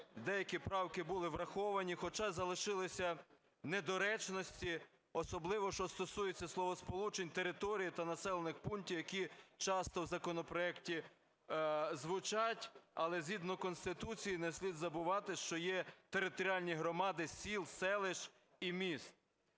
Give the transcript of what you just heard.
деякі правки були враховані, хоча залишилися недоречності, особливо що стосується словосполучень "територій та населених пунктів", які часто в законопроекті звучать, але згідно Конституції не слід забувати, що є територіальні громади сіл, селищ і міст.